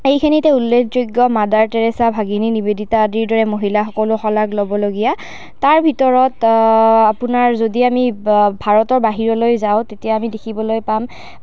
এইখিনিতে উল্লেখযোগ্য Mother Teresa Bhagini Nivedita আদিৰ দৰে মহিলাসকলৰো শলাগ ল'বলগীয়া তাৰ ভিতৰত আপোনাৰ যদি আমি ভাৰতৰ বাহিৰলৈ যাওঁ তেতিয়া আমি দেখিবলৈ পাম